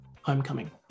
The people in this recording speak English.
Homecoming